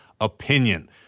opinion